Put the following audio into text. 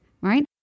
right